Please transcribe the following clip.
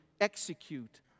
execute